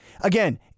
Again